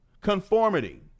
conformity